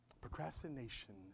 procrastination